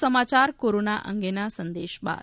વધુ સમાચાર કોરોના અંગેના સંદેશ બાદ